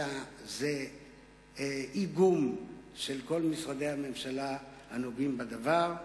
אלא זה איגום של כל משרדי הממשלה הנוגעים בדבר,